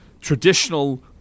Traditional